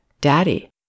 daddy